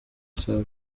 savio